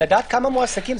לדעת כמה מועסקים,